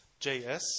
JS